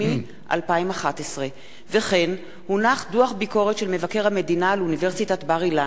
דוח ביקורת של מבקר המדינה על אוניברסיטת בר-אילן.